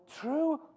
true